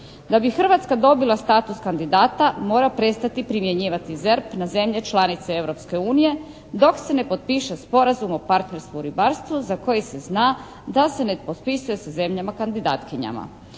Da bi Hrvatska dobila status kandidata mora prestati primjenjivati ZERP na zemlje članice Europske unije dok se ne potpiše sporazum o partnerstvu i ribarstvu za koji se zna da s ne potpisuje sa zemljama kandidatkinjama.